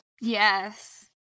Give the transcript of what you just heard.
Yes